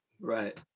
Right